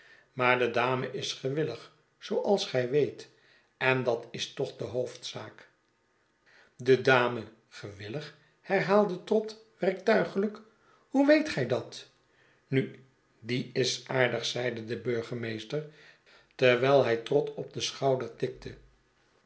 maar de dame is gewillig zooals gij weet en dat is toch de hoofdzaak de dame gewillig herhaalde trott werktuigiijk hoe weet gij dat u nu die is aardig zeide de burgemeester terwijl hij trott op den schouder tikte